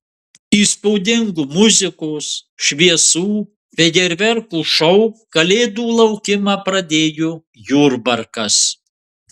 įspūdingu muzikos šviesų fejerverkų šou kalėdų laukimą pradėjo jurbarkas